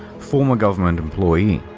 former government employee.